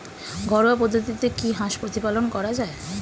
ঘরোয়া পদ্ধতিতে কি হাঁস প্রতিপালন করা যায়?